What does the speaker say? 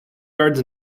guards